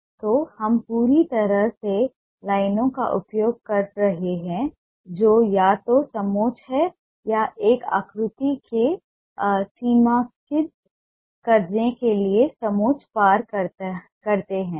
तो हम पूरी तरह से लाइनों का उपयोग कर रहे हैं जो या तो समोच्च हैं या एक आकृति को सीमांकित करने के लिए समोच्च पार करते हैं